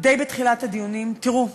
די בתחילת הדיונים: תראו,